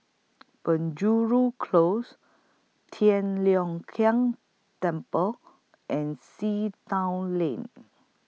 Penjuru Close Tian Leong Keng Temple and Sea Town Lane